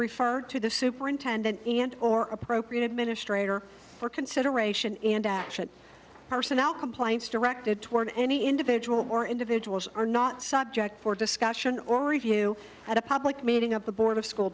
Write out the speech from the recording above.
referred to the superintendent or appropriate administrator for consideration and action personnel complaints directed toward any individual or individuals are not subject for discussion or review at a public meeting up the board of school